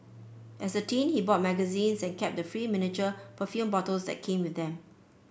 as a teen he bought magazines and kept the free miniature perfume bottles that came with them